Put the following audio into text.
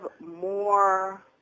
more